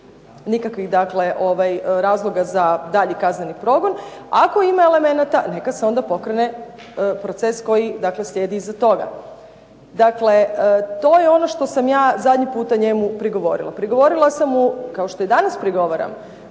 nikakvih razloga za daljnji kazneni progon, ako ima elemenata neka se onda pokrene proces koji slijedi iza toga. Dakle, to je ono što sam ja zadnji puta njemu prigovorila. Prigovorila sam mu, kao što i danas prigovaram,